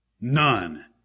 None